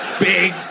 Big